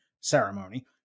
ceremony